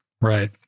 Right